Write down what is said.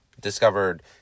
discovered